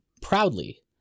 proudly